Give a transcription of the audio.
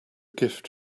gift